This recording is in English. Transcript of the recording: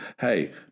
hey